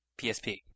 PSP